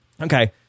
Okay